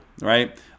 right